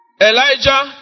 Elijah